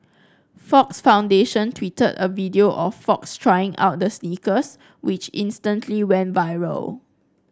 Fox Foundation tweeted a video of Fox trying out the sneakers which instantly went viral